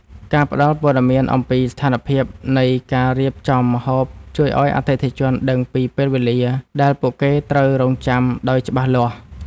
ការផ្ដល់ព័ត៌មានអំពីស្ថានភាពនៃការរៀបចំម្ហូបជួយឱ្យអតិថិជនដឹងពីពេលវេលាដែលពួកគេត្រូវរង់ចាំដោយច្បាស់លាស់។